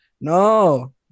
No